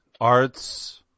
arts